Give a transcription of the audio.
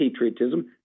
Patriotism